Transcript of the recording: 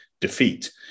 defeat